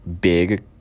big